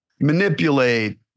manipulate